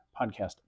podcast